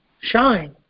Shine